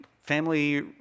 Family